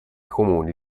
comuni